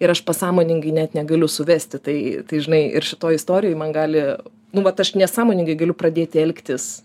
ir aš pasąmoningai net negaliu suvesti tai tai žinai ir šitoj istorijoj man gali nu vat aš nesąmoningai galiu pradėti elgtis